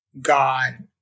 God